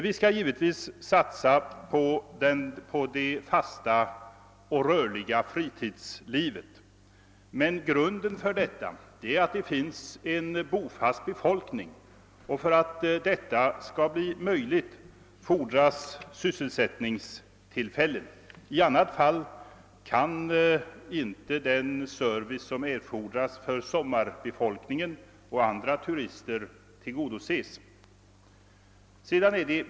Vi skall givetvis satsa på det fasta och rörliga fritidslivet, men grunden för detta är att det finns en bofast befolkning. För att en sådan skall bli möjlig fordras sysselsättningstillfällen. I annat fall kan inte den service som erfordras för sommarbefolkningen och andra turister tillgodoses.